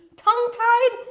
tongue-tied,